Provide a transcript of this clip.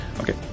Okay